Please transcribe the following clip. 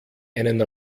einen